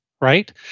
right